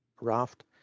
raft